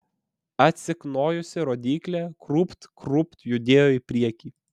atsiknojusi rodyklė krūpt krūpt judėjo į priekį